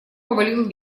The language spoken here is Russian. повалил